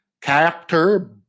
character